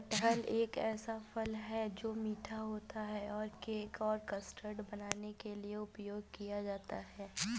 कटहल एक ऐसा फल है, जो मीठा होता है और केक और कस्टर्ड बनाने के लिए उपयोग किया जाता है